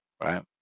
right